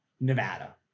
Nevada